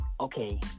okay